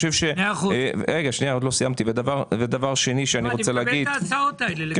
אני מקבל את ההצעות האלה.